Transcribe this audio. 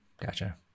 Gotcha